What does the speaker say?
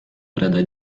preda